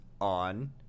on